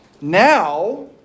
Now